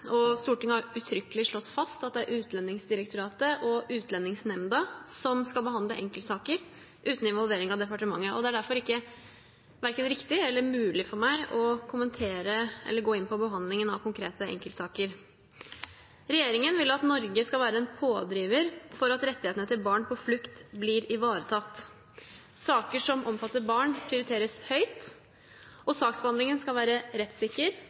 og Stortinget har uttrykkelig slått fast at det er Utlendingsdirektoratet og Utlendingsnemnda som skal behandle enkeltsaker uten involvering fra departementet. Det er derfor verken riktig eller mulig for meg å kommentere eller gå inn på behandlingen av konkrete enkeltsaker. Regjeringen vil at Norge skal være en pådriver for at rettighetene til barn på flukt blir ivaretatt. Saker som omfatter barn, prioriteres høyt, og saksbehandlingen skal være rettssikker,